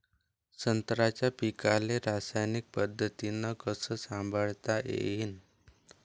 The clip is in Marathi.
संत्र्याच्या पीकाले रासायनिक पद्धतीनं कस संभाळता येईन?